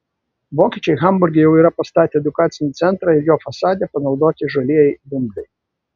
vokiečiai hamburge jau yra pastatę edukacinį centrą ir jo fasade panaudoti žalieji dumbliai